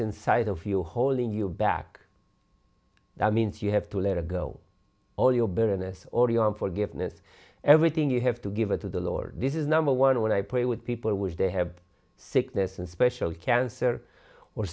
inside of you holding you back that means you have to let it go all your bitterness or your forgiveness everything you have to give it to the lord this is number one when i pray with people which they have sickness and special cancer or